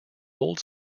old